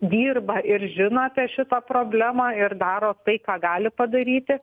dirba ir žino apie šitą problemą ir daro tai ką gali padaryti